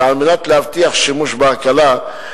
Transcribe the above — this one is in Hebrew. וכדי להבטיח שימוש בהקלה,